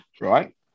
right